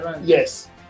yes